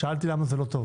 שאלתי למה לא טוב